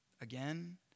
again